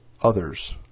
others